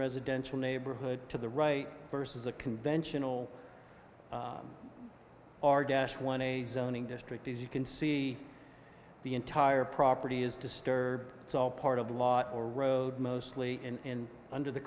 residential neighborhood to the right versus a conventional r dash one a zoning district as you can see the entire property is disturbed it's all part of law or road mostly in under the